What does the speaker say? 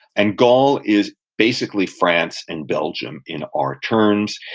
and gaul is basically france and belgium in our terms.